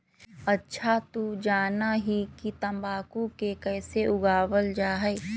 अच्छा तू जाना हीं कि तंबाकू के कैसे उगावल जा हई?